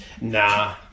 Nah